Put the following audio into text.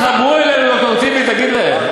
תתחברו, ד"ר טיבי, תגיד להם.